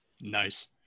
Nice